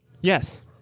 Yes